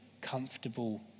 comfortable